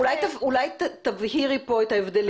אולי תבהירי פה את ההבדלים.